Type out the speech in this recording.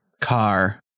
car